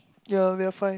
ya we are fine